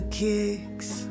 kicks